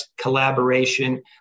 collaboration